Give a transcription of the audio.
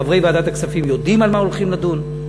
חברי ועדת הכספים יודעים על מה הולכים לדון,